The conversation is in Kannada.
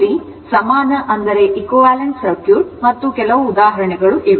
ಅಲ್ಲಿ ಸಮಾನ ಸರ್ಕ್ಯೂಟ್ ಮತ್ತು ಕೆಲವು ಉದಾಹರಣೆಗಳು ಇವೆ